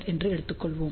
என எடுத்துள்ளோம்